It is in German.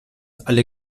alle